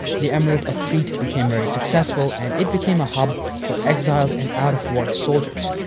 the emirate of crete became very successful and it became a hub for exiled and out-of-work soldiers.